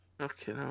Okay